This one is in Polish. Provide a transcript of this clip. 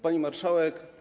Pani Marszałek!